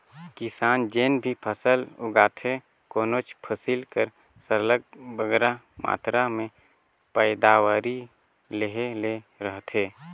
किसान जेन भी फसल उगाथे कोनोच फसिल कर सरलग बगरा मातरा में पएदावारी लेहे ले रहथे